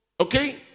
Okay